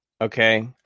okay